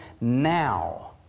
now